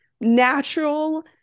natural